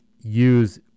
use